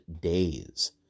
days